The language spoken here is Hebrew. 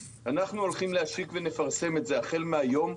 כבוד היושב-ראש: אנחנו הולכים להשיק ונפרסם את זה החל מהיום,